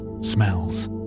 smells